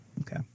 Okay